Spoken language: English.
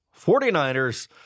49ers